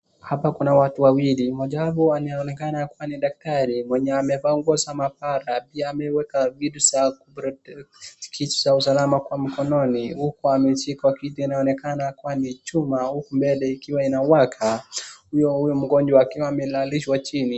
Hapa kuna watu wawili. Mmoja hapo anaonekana kuwa ni daktari mwenye amevaa nguo za mabara. Pia ameweka vitu za ku protect[c]s vitu za usalama kwa mkononi. Huku ameshika kitu kinaonekana kuwa ni chuma huku mbele ikiwa inawaka. Huyo mgonjwa akiwa amelalishwa chini.